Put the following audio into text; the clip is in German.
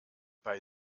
bei